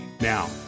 Now